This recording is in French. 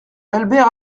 albert